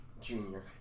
Junior